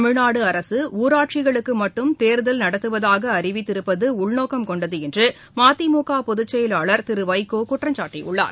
தமிழ்நாடுஅரசுஊரட்சிகளுக்குமட்டும் தேர்தல் நடத்துவதாகஅறிவித்திருப்பதுஉள்நோக்கம் கொண்டதுஎன்றுமதிமுகபொதுச்செயலாளர் திருவைகோகுற்றம்சாட்டியுள்ளார்